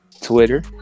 Twitter